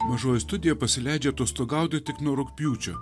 mažoji studija pasileidžia atostogauti tik nuo rugpjūčio